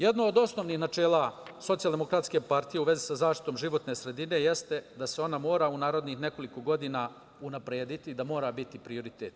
Jedno od osnovnih načela Socijaldemokratske partije u vezi sa zaštitom životne sredine jeste da se ona mora u narednih nekoliko godina unaprediti, da mora biti prioritet.